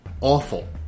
awful